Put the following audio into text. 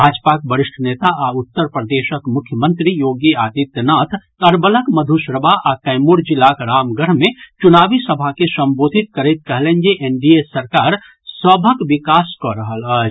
भाजपाक वरिष्ठ नेता आ उत्तर प्रदेशक मुख्यमंत्री योगी आदित्य नाथ अरवलक मधुश्रवा आ कैमूर जिलाक रामगढ़ मे चुनावी सभा के संबोधित करैत कहलनि जे एनडीए सरकार सभक विकास कऽ रहल अछि